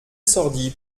sordi